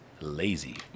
lazy